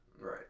Right